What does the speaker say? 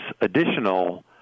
additional